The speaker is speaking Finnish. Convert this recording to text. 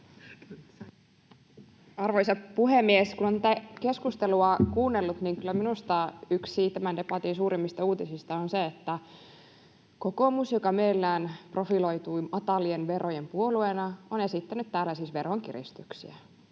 Arvoisa puhemies! Kun on tätä keskustelua kuunnellut, niin kyllä minusta yksi tämän debatin suurimmista uutisista on se, että kokoomus, joka mielellään profiloitui matalien verojen puolueena, on esittänyt täällä veronkiristyksiä